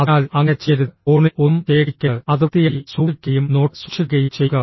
അതിനാൽ അങ്ങനെ ചെയ്യരുത് ഫോണിൽ ഒന്നും ശേഖരിക്കരുത് അത് വൃത്തിയായി സൂക്ഷിക്കുകയും നോട്ട് സൂക്ഷിക്കുകയും ചെയ്യുക